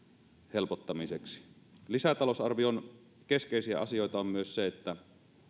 helpottamiseksi lisätalousarvion keskeisiä asioita on myös se että